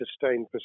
sustained